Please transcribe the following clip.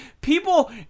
people